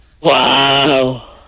Wow